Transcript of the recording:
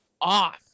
off